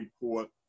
report